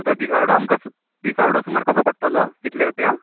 दिसावडो आमकां दिसावडो आमकां सुमार कसो पडटलो कितले रुपया